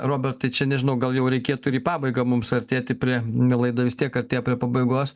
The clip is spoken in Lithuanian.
robertai čia nežinau gal jau reikėtų ir į pabaigą mums artėti prie na laida vis tiek artėja prie pabaigos